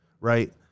right